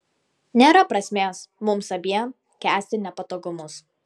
nėra prasmės mums abiem kęsti nepatogumus